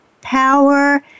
power